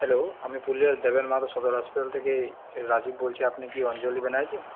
hello আমি পুরুলিয়ার Deben Mahato Sadar hospital থেকে রাজীব বলছি আপনি কি অঞ্জলি ব্যানার্জি